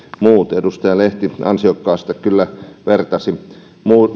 muut edustaja lehti ansiokkaasti kyllä vertasi muuhun